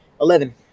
Eleven